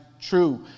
true